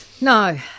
No